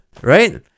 right